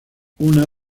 una